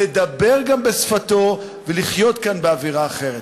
לדבר גם בשפתו ולחיות כאן באווירה אחרת.